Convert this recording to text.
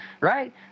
right